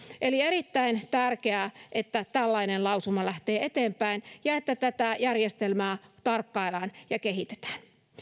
eli erittäin tärkeää että tällainen lausuma lähtee eteenpäin ja että tätä järjestelmää tarkkaillaan ja kehitetään